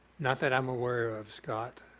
not that i'm aware of, scott.